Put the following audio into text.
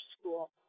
school